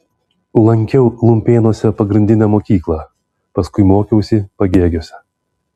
lankiau lumpėnuose pagrindinę mokyklą paskui mokiausi pagėgiuose